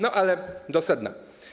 No ale do sedna.